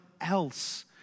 else